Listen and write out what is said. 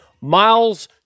Miles